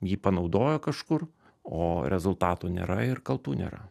jį panaudojo kažkur o rezultatų nėra ir kaltų nėra